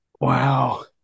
wow